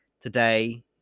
today